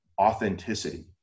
authenticity